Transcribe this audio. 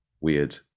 weird